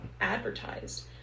advertised